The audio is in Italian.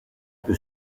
più